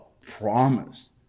promise